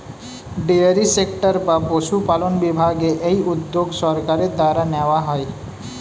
dairy sector বা পশুপালন বিভাগে এই উদ্যোগ সরকারের দ্বারা নেওয়া হয়